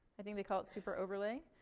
i think they call it super overlay.